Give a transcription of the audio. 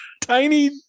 tiny